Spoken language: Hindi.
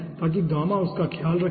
ताकि गामा उसका ख्याल रखे